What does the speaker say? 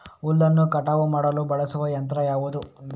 ಹುಲ್ಲನ್ನು ಕಟಾವು ಮಾಡಲು ಬಳಸುವ ಯಂತ್ರ ಯಾವುದು?